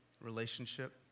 relationship